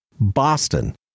Boston